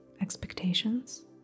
expectations